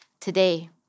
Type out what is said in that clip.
today